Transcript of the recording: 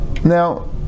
Now